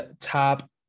top